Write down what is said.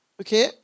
okay